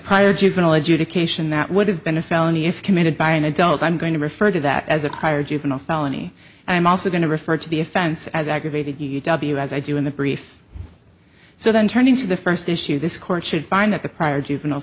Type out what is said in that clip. prior juvenile adjudication that would have been a felony if committed by an adult i'm going to refer to that as a prior juvenile felony and i'm also going to refer to the offense as aggravated u w as i do in the brief so then turning to the first issue this court should find that the prior juvenile